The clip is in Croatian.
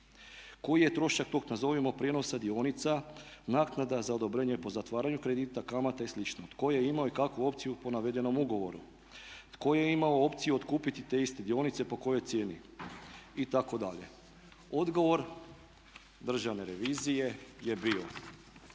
Koji je trošak tog nazovimo prijenosa dionica naknada za odobrenje po zatvaranju kredita kamata i slično? Tko je imao i kakvu opciju po navedenom ugovoru? Tko je imao opciju otkupiti te iste dionice i po kojoj cijeni, itd.? Odgovor državne revizije je bio,